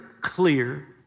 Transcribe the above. clear